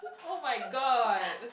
oh-my-god